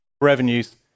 revenues